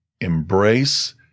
embrace